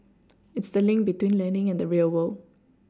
it's the link between learning and the real world